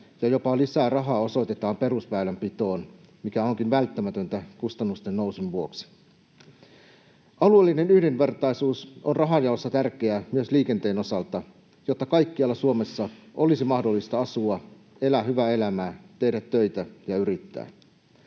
ja jopa lisää rahaa osoitetaan perusväylänpitoon, mikä onkin välttämätöntä kustannusten nousun vuoksi. Alueellinen yhdenvertaisuus on rahanjaossa tärkeää myös liikenteen osalta, jotta kaikkialla Suomessa olisi mahdollista asua, elää hyvää elämää, tehdä töitä ja yrittää.